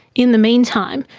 in the meantime,